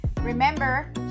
Remember